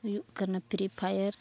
ᱦᱩᱭᱩᱜ ᱠᱟᱱᱟ Free fire